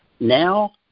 Now